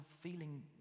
feeling